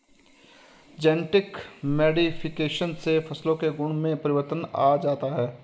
genetic modification से फसलों के गुणों में परिवर्तन आ जाता है